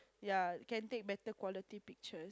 ya can take better quality pictures